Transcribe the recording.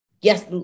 yes